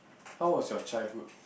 how was your childhood